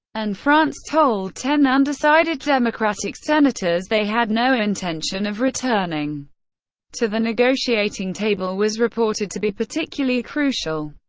and france told ten undecided democratic senators they had no intention of returning to the negotiating table was reported to be particularly crucial.